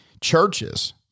churches